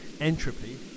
entropy